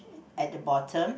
at the bottom